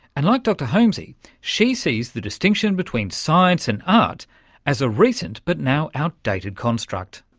and like dr homsy she sees the distinction between science and art as a recent but now outdated construct.